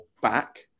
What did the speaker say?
back